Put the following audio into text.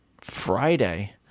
Friday